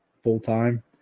full-time